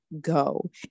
go